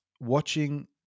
watching